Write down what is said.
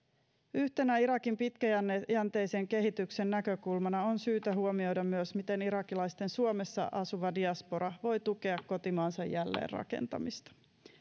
yhtenä irakin pitkäjänteisen kehityksen näkökulmana on syytä huomioida myös miten irakilaisten suomessa asuva diaspora voi tukea kotimaansa jälleenrakentamista